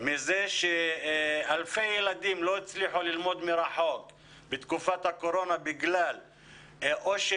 מכך שאלפי ילדים לא הצליחו ללמוד מרחוק בתקופת הקורונה בגלל שאין